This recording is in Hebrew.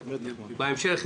בהמשך?